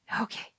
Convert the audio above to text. Okay